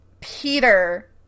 Peter